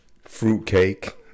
fruitcake